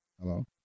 Hello